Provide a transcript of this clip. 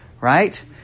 right